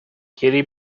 katy